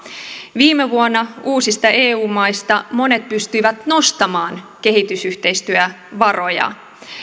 viime vuonna uusista eu maista monet pystyivät nostamaan kehitysyhteistyövaroja muun muassa